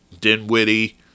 Dinwiddie